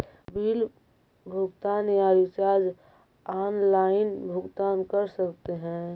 Bill भुगतान या recharge online भुगतान कर सकते हैं?